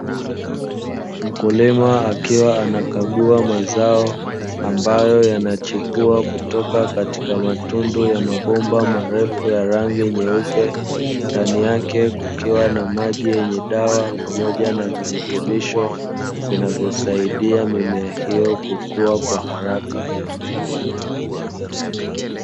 Mkulima akiwa anakagua mazao ambayo yanachipua kutoka katika matundu ya mabomba marefu ya rangi nyeupe, ndani yake kukiwa na maji yenye dawa pamoja na virutubisho vinavyosaidia mimea hiyo kukua kwa haraka.